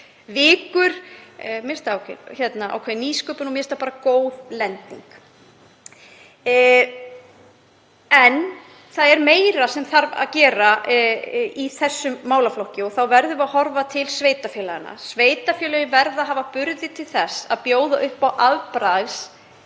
það ákveðin nýsköpun og mér finnst það góð lending. Það er meira sem þarf að gera í þessum málaflokki og þá verðum við að horfa til sveitarfélaganna. Sveitarfélögin verða að hafa burði til þess að bjóða upp á afbragðs